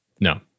No